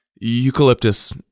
eucalyptus